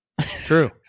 True